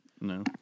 No